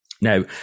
Now